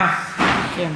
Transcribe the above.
אה, כן.